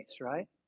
right